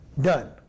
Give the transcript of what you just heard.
done